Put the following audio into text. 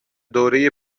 دوره